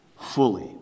fully